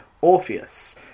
Orpheus